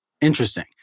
interesting